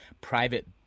private